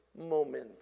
moment